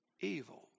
evil